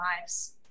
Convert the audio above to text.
lives